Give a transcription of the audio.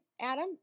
Adam